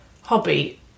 hobby